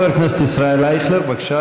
חבר הכנסת ישראל אייכלר, בבקשה,